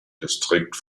distrikt